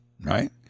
right